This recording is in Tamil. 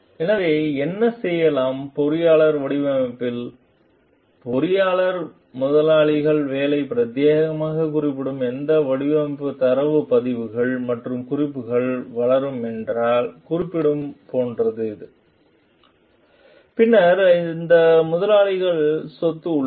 எனவே என்ன செய்யலாம் பொறியாளர் வடிவமைப்பு பொறியாளர் முதலாளிகள் வேலை பிரத்தியேகமாக குறிப்பிடும் எந்த வடிவமைப்பு தரவு பதிவுகள் மற்றும் குறிப்புகள் வளரும் என்றால் குறிப்பிடும் போன்ற இது பின்னர் இந்த முதலாளிகள் சொத்து உள்ளன